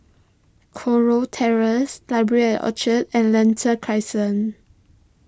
Kurau Terrace Library at Orchard and Lentor Crescent